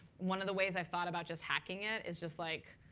one of the ways i've thought about just hacking it is just like,